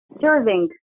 serving